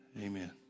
Amen